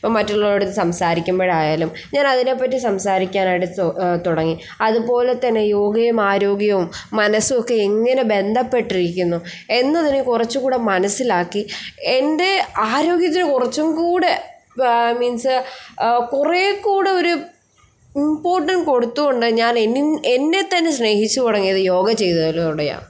ഇപ്പോൾ മറ്റുള്ളവരോട് ഇത് സംസാരിക്കുമ്പോഴായാലും ഞാൻ അതിനെപ്പറ്റി സംസാരിക്കാനായിട്ട് തുടങ്ങി അതുപോലെ തന്നെ യോഗയും ആരോഗ്യവും മനസ്സും ഒക്കെ എങ്ങനെ ബന്ധപ്പെട്ടിരിക്കുന്നു എന്നതിനെ കുറച്ചുകൂടി മനസ്സിലാക്കി എൻ്റെ ആരോഗ്യത്തിന് കുറച്ചുംകൂടി മീൻസ് കുറേക്കൂടി ഒരു ഇമ്പോർട്ടൻ്റ് കൊടുത്തുകൊണ്ട് ഞാൻ എന്നെത്തന്നെ സ്നേഹിച്ചു തുടങ്ങിയത് യോഗ ചെയ്തതിലൂടെയാണ്